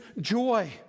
joy